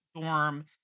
dorm